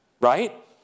right